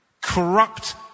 Corrupt